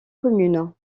communes